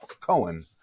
Cohen